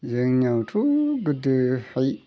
जोंनियावथ' गोदोहाय